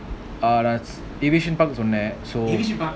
division தான்சொன்னேன்:than sonnen